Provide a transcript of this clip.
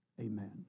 Amen